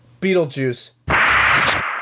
Beetlejuice